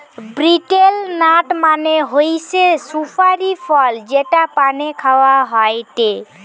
betel nut মানে হৈসে সুপারি ফল যেটা পানে খাওয়া হয়টে